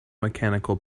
mechanical